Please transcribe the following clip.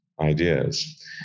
ideas